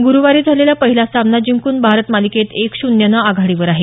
गुरुवारी झालेला पहिला सामना जिंकून भारत मालिकेत एक शून्यनं आघाडीवर आहे